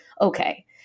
okay